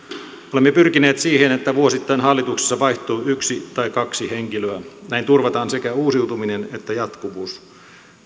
olemme pyrkineet siihen että vuosittain hallituksessa vaihtuu yksi tai kaksi henkilöä näin turvataan sekä uusiutuminen että jatkuvuus